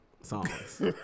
Songs